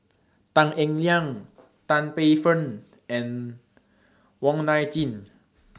Tan Eng Liang Tan Paey Fern and Wong Nai Chin